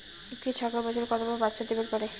একটা ছাগল বছরে কতবার বাচ্চা দিবার পারে?